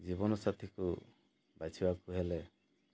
ଜୀବନସାଥିକୁ ବାଛିବାକୁ ହେଲେ